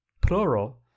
plural